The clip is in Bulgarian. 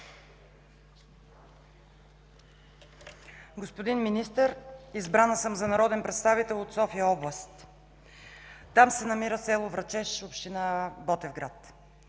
Господин Министър, избрана съм за народен представител от София – област. Там се намира село Врачеш, община Ботевград.